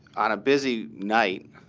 on a busy night